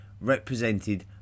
represented